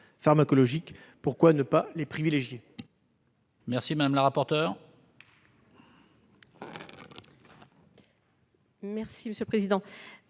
pharmacologique, pourquoi ne pas les privilégier ?